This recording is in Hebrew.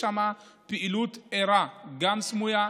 יש שם פעילות ערה, גם סמויה.